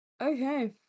Okay